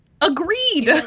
Agreed